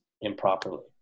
improperly